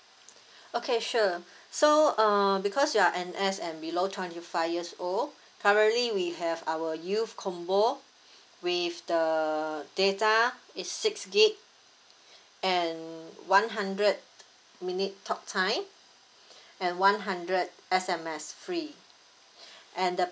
okay sure so uh because you are N_S and below twenty five years old currently we have our youth combo with the data is six gig and one hundred minute talk time and one hundred S_M_S free and the